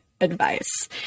advice